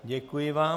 Děkuji vám.